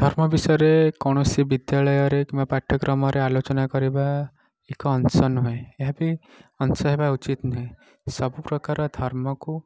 ଧର୍ମ ବିଷୟରେ କୌଣସି ବିଦ୍ୟାଳୟରେ କିମ୍ବା ପାଠ୍ୟକ୍ରମରେ ଆଲୋଚନା କରିବା ଏକ ଅଂଶ ନୁହେଁ ଏହାବି ଅଂଶ ହେବ ଉଚିତ ନୁହେଁ ସବୁପ୍ରକାର ଧର୍ମକୁ